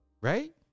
Right